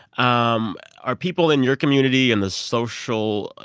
um are people in your community in the social,